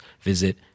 visit